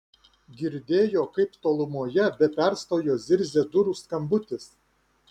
girdėjo kaip tolumoje be perstojo zirzia durų skambutis